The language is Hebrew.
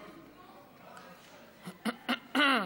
54 תומכים,